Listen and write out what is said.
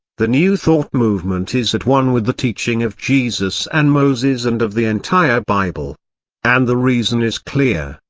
the new thought movement is at one with the teaching of jesus and moses and of the entire bible and the reason is clear.